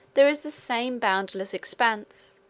there is the same boundless expanse,